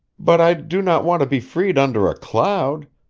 but i do not want to be freed under a cloud.